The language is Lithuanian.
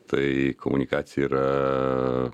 tai komunikacija yra